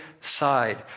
side